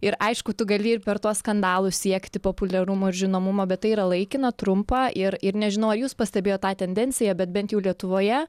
ir aišku tu gali ir per tuos skandalus siekti populiarumo ir žinomumo bet tai yra laikina trumpa ir ir nežinau ar jūs pastebėjot tą tendenciją bet bent jau lietuvoje